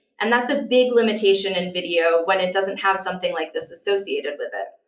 and that's a big limitation in video when it doesn't have something like this associated with it.